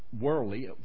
worldly